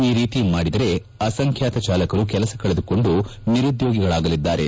ಈ ರೀತಿ ಮಾಡಿದ ಅಸಂಖ್ಯಾತ ಚಾಲಕರು ಕೆಲಸ ಕಳೆದುಕೊಂಡು ನಿರುದ್ಯೋಗಿಗಳಾಗಲಿದ್ದಾರೆ